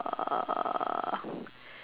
uhh